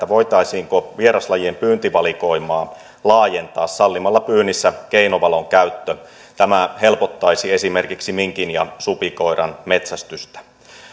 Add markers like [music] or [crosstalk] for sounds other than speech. [unintelligible] voitaisiinko vieraslajien pyyntivalikoimaa laajentaa sallimalla pyynnissä keinovalon käyttö tämä helpottaisi esimerkiksi minkin ja supikoiran metsästystä